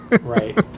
Right